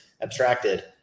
abstracted